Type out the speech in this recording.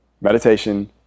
meditation